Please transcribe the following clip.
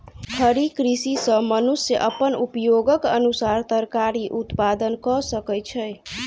खड़ी कृषि सॅ मनुष्य अपन उपयोगक अनुसार तरकारी उत्पादन कय सकै छै